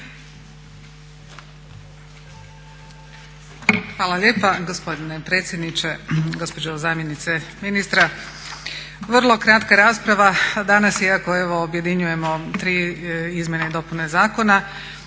Hvala lijepa gospodine predsjedniče. Gospođo zamjenice ministra. Vrlo kratka rasprava danas iako evo objedinjujemo tri izmjene i dopune zakona.